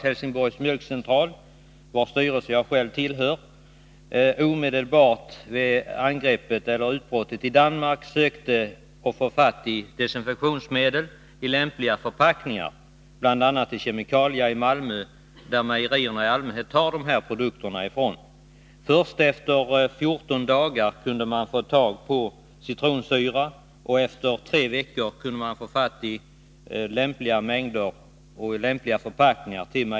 Helsingborgs mjölkcentral, vars styrelse jag själv tillhör, sökte omedelbart vid utbrottet i Danmark få fatt i desinfektionsmedel i lämpliga förpackningar, bl.a. från Kemikalia i Malmö, varifrån mejerierna i allmänhet tar dessa produkter. Först efter 14 dagar kunde man få citronsyra och först efter tre veckor kunde man komma över lämpliga mängder natronlut i lämpliga förpackningar.